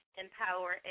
empower